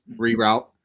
reroute